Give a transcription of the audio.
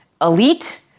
elite